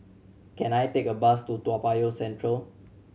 can I take a bus to Toa Payoh Central